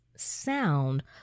sound